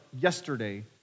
yesterday